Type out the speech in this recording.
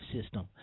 system